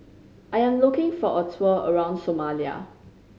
I am looking for a tour around Somalia